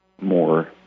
more